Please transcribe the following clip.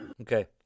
Okay